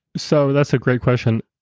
so that's a great question.